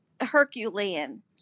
Herculean